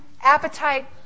appetite